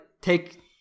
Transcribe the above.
take